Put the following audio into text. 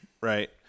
Right